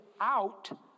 out